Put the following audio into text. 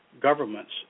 governments